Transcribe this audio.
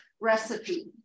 recipe